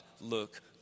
look